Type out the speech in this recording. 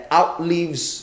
outlives